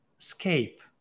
escape